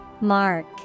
Mark